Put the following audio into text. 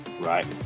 right